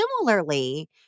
similarly